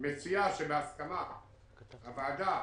מציעה שבהסכמה הוועדה